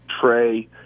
Trey